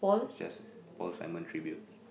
recessive all Simon Tribute